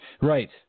Right